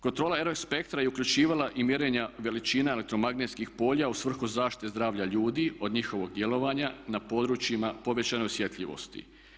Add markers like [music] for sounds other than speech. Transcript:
Kontrola … [unintelligible] spektra je uključivala i mjerenja veličina elektromagnetskih polja u svrhu zaštite zdravlja ljudi od njihovog djelovanja na područjima povećane osjetljivosti.